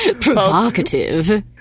Provocative